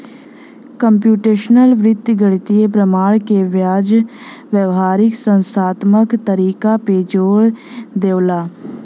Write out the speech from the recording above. computational वित्त गणितीय प्रमाण के बजाय व्यावहारिक संख्यात्मक तरीका पे जोर देवला